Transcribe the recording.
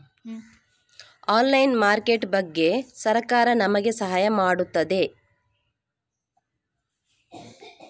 Online market ಬಗ್ಗೆ ಸರಕಾರ ನಮಗೆ ಸಹಾಯ ಮಾಡುತ್ತದೆ?